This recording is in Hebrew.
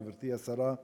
גברתי השרה,